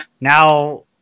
Now